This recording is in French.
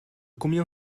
combien